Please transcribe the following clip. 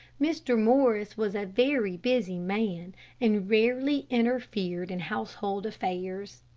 mr. morris was a very busy man and rarely interfered in household affairs.